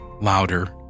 louder